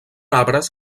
arbres